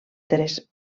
tres